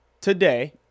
today